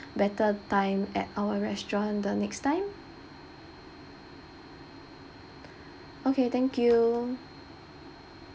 better time at our restaurant the next time okay thank you